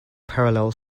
parallel